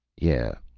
yeah,